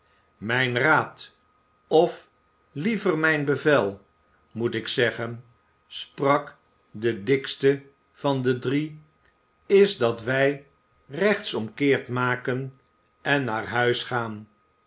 mijn raad of liever mijn bevel moet ik zeggen sprak de dikste van de drie is dat wij rechtsomkeert maken en naar huis gaan